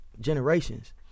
generations